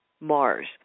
Mars